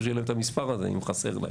שיהיה להם את המספר הזה אם חסר להם.